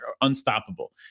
unstoppable